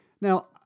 Now